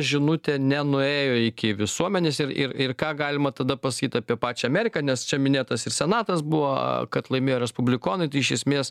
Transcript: žinutė nenuėjo iki visuomenės ir ir ir ką galima tada pasakyt apie pačią ameriką nes čia minėtas ir senatas buvo kad laimėjo respublikonai tai iš esmės